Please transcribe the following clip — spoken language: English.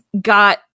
got